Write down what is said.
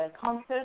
concert